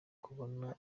kubona